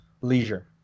leisure